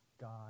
God